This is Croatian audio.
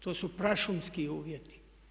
To su prašumski uvjeti.